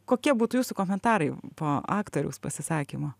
kokie būtų jūsų komentarai po aktoriaus pasisakymo